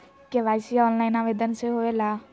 KYC online आवेदन से होवे ला?